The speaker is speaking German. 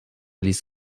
ließ